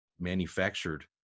manufactured